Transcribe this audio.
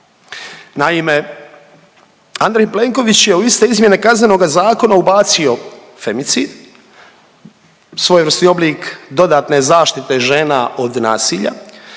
Naime, Andrej Plenković je u iste izmjene Kaznenoga zakona ubacio femicid, svojevrsni oblik dodatne zaštite žena od nasilja,